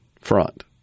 front